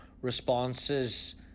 responses